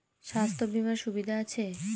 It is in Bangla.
স্বাস্থ্য বিমার সুবিধা আছে?